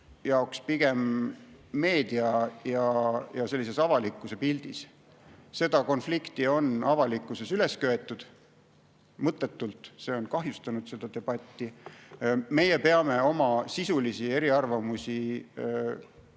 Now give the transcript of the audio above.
jaoks pigem meedia‑ ja sellises avalikkuse pildis. Seda konflikti on avalikkuses üles köetud ja seda mõttetult. See on kahjustanud seda debatti. Meie peame ka oma sisuliste eriarvamuste